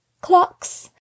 clocks